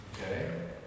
Okay